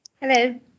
Hello